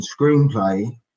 screenplay